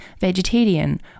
vegetarian